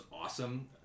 awesome